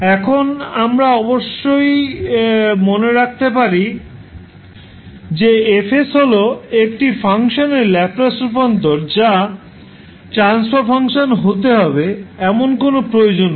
এখন আমাদের অবশ্যই মনে রাখতে হবে যে F হল একটি ফাংশনের ল্যাপ্লাস রূপান্তর যা ট্রান্সফার ফাংশন হতে হবে এরকম কোনও প্রয়োজন নেই